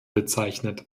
bezeichnet